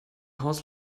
haus